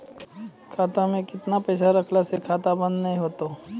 खाता मे केतना पैसा रखला से खाता बंद नैय होय तै?